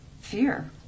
fear